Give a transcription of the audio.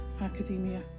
academia